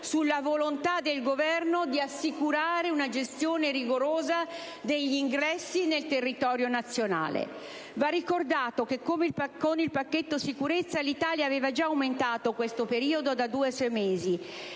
sulla volontà del Governo di assicurare una gestione rigorosa degli ingressi nel territorio nazionale. Va ricordato che con il pacchetto sicurezza l'Italia aveva già aumentato questo periodo da due a sei mesi